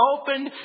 opened